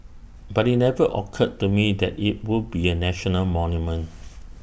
but IT never occurred to me that IT would be A national monument